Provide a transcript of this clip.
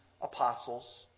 apostles